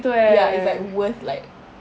ya it's like worth like